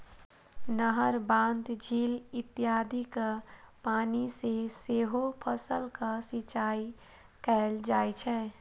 नहर, बांध, झील इत्यादिक पानि सं सेहो फसलक सिंचाइ कैल जाइ छै